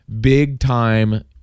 big-time